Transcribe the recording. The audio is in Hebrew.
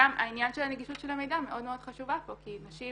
גם העניין של הנגישות של המידע מאוד מאוד חשובה פה כי נשים